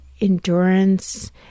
endurance